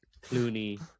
Clooney